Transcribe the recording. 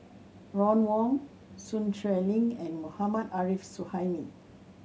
Ron Wong Sun Xueling and Mohammad Arif Suhaimi